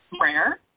Rare